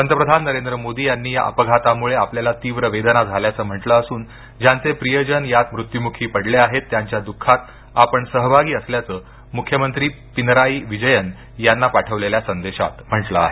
पंतप्रधान नरेंद्र मोदी यांनी या अपघातामुळे आपल्याला तीव्र वेदना झाल्याचं म्हटलं असून ज्यांचे प्रियजन यात मृत्युमुखी पडले आहेत त्यांच्या दःखात आपण सहभागी असल्याचं मुख्यमंत्री पिनराई विजयन यांना पाठवलेल्या संदेशात म्हटलं आहे